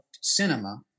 cinema